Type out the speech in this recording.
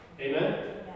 Amen